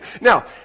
Now